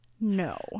no